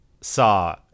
saw